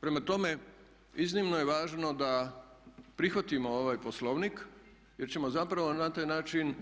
Prema tome, iznimno je važno da prihvatimo ovaj poslovnik jer ćemo zapravo na taj način